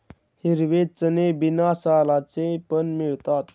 हिरवे चणे बिना सालांचे पण मिळतात